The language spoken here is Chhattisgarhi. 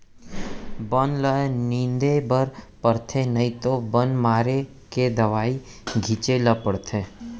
बन ल निंदे बर परथे नइ तो बन मारे के दवई छिंचे ल परथे